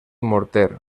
morter